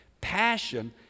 Passion